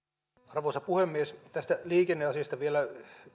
arvoisa puhemies tästä liikenneasiasta vielä